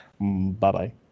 Bye-bye